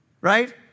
right